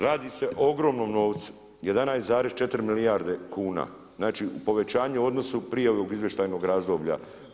Radi se o ogromnom novcu, 11,4 milijarde kuna, znači povećanje u odnosu prije ovog izvještajnog razdoblja.